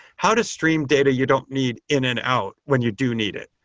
how to stream data you don't need in and out when you do need it?